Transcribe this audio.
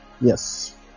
Yes